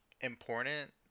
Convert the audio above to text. important